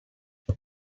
that